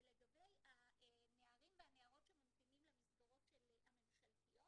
ולגבי הנערים והנערות שממתינים למסגרות הממשלתיות,